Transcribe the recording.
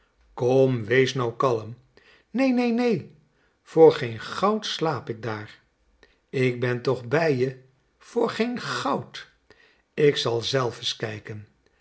kom wees nou kalm nee nee nee voor geen goud slaap ik daar ik ben toch bij je voor geen goud k zal zelf is kijken